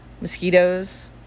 mosquitoes